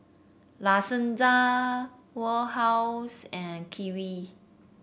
La Senza Warehouse and Kiwi